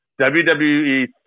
WWE